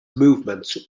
movement